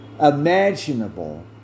imaginable